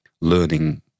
learning